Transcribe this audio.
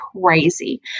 crazy